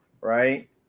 right